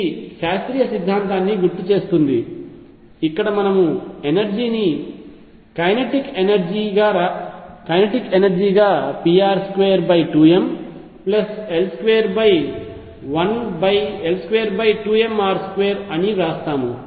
ఇది శాస్త్రీయ సిద్ధాంతాన్ని గుర్తుచేస్తుంది ఇక్కడ మనము ఎనర్జీ ని కైనెటిక్ ఎనర్జీ గా pr22ml22mr2 అని వ్రాస్తాము